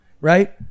right